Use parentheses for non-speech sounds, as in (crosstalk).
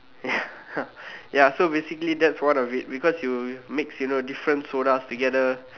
ya (laughs) ya so basically that's one of it because you mix you know different sodas together